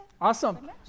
Awesome